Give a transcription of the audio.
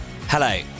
Hello